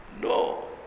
No